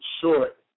short